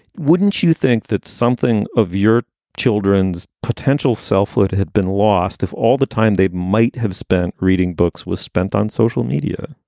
wouldn't you think that something of your children's potential selfhood had been lost if all the time they might have spent reading books was spent on social media?